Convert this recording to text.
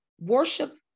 worship